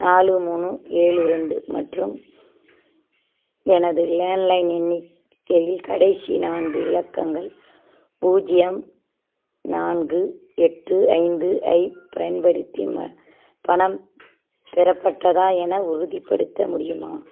நாலு மூணு ஏழு இரண்டு மற்றும் எனது லேண்ட்லைன் எண்ணிக்கையில் கடைசி நான்கு இலக்கங்கள் பூஜ்ஜியம் நான்கு எட்டு ஐந்து ஐப் பயன்படுத்தி ம பணம் பெறப்பட்டதா என உறுதிப்படுத்த முடியுமா